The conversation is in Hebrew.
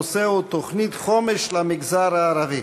הנושא הוא: תוכנית חומש למגזר הערבי.